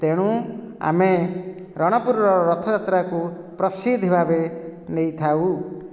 ତେଣୁ ଆମେ ରଣପୁରର ରଥଯାତ୍ରାକୁ ପ୍ରସିଦ୍ଧ ଭାବେ ନେଇଥାଉ